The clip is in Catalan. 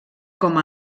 com